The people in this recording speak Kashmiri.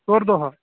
ژور دۅہ ہا